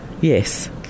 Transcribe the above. Yes